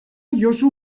josu